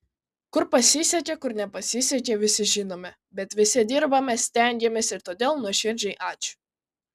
kur pasisekė kur nepasisekė visi žinome bet visi dirbome stengėmės ir todėl nuoširdžiai ačiū